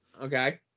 Okay